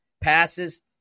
passes